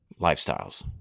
lifestyles